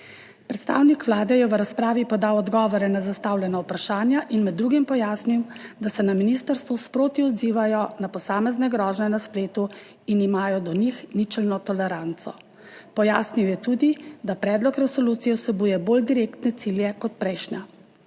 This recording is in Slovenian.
Predstavnik Vlade je v razpravi podal odgovore na zastavljena vprašanja in med drugim pojasnil, da se na ministrstvu sproti odzivajo na posamezne grožnje na spletu in imajo do njih ničelno toleranco. Pojasnil je tudi, da predlog resolucije vsebuje bolj direktne cilje kot prejšnja.